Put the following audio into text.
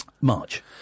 March